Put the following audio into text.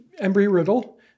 Embry-Riddle